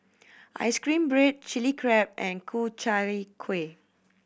ice cream bread Chili Crab and Ku Chai Kuih